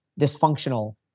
dysfunctional